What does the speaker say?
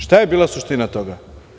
Šta je bila suština toga?